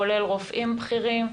כולל רופאים בכירים.